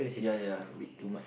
yeah yeah